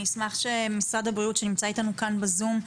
אני אשמח שמשרד הבריאות שנמצא אתנו כאן בזום,